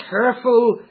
careful